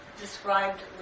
described